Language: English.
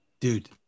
dude